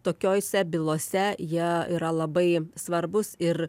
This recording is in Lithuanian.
tokiose bylose jie yra labai svarbūs ir